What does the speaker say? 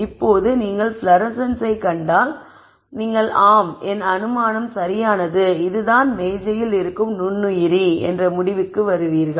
இப்போது நீங்கள் ஃப்ளோரசன்ஸைக் கண்டால் நீங்கள் ஆம் என் அனுமானம் சரியானது இதுதான் மேசையில் இருக்கும் நுண்ணுயிரிகள் என்ற முடிவுக்கு வருவீர்கள்